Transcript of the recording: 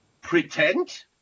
pretend